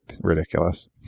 ridiculous